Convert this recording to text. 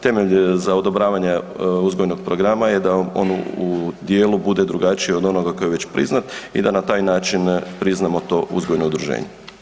Temelj za odobravanje uzgojnog programa je da on u djelu bude drugačije od onoga koji je već priznat i da na taj način priznamo to uzgojno udruženje.